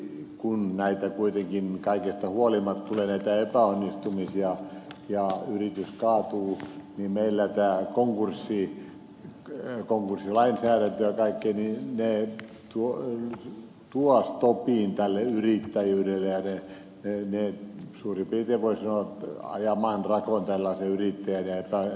sitten toiseksi kun näitä epäonnistumisia kuitenkin kaikesta huolimatta tulee ja yritys kaatuu niin meillä tämä konkurssilainsäädäntö ja kaikki tuovat stopin tälle yrittäjyydelle ja ne suurin piirtein voisi sanoa ajavat maan rakoon tällaisen yrittäjän